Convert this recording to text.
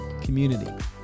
community